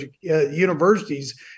universities